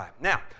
Now